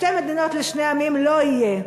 שתי מדינות לשני עמים, לא יהיה.